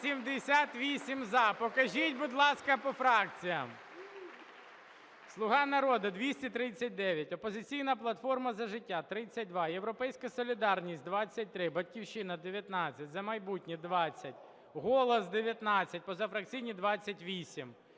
378 – за. Покажіть, будь ласка, по фракціям. "Слуга народу" – 239, "Опозиційна платформа - За життя" – 32, "Європейська солідарність" – 23, "Батьківщина" – 19, "За майбутнє" – 20, "Голос" – 19, позафракційні – 28.